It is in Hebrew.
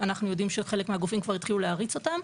אנחנו יודעים שחלק מהגופים כבר התחילו להריץ אותן.